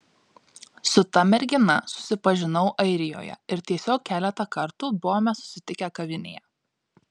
su ta mergina susipažinau airijoje ir tiesiog keletą kartų buvome susitikę kavinėje